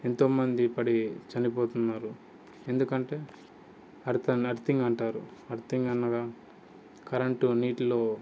ఎంతోమంది పడి చనిపోతున్నారు ఎందుకంటే నథింగ్ అంటారు నథింగ్ అన్నక కరెంటు నీటిలో